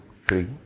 three